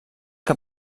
que